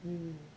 mm